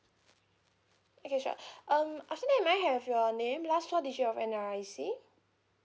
okay sure um after that may I have your name last four digit of N_R_I_C